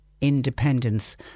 independence